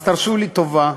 אז תעשו לי טובה,